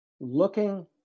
looking